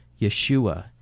Yeshua